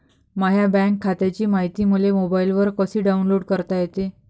माह्या बँक खात्याची मायती मले मोबाईलवर कसी डाऊनलोड करता येते?